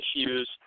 issues